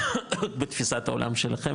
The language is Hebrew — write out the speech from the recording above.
בתפיסת העולם שלכם,